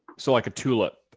so, like a tulip.